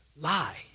lie